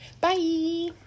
bye